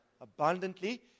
abundantly